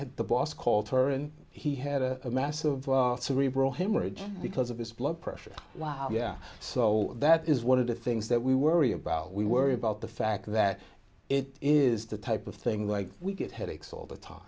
had the boss called her and he had a massive cerebral haemorrhage because of his blood pressure wow yeah so that is one of the things that we worry about we worry about the fact that it is the type of thing where we get headaches all the time